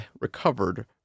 recovered